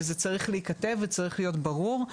וזה צריך להיכתב וצריך להיות ברור.